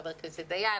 לחבר הכנסת דיין,